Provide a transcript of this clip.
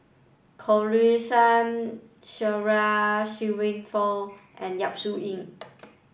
Khatijah Surattee Shirin Fozdar and Yap Su Yin